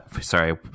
sorry